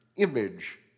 Image